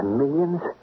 millions